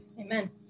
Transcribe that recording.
Amen